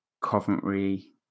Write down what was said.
Coventry